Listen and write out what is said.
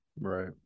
Right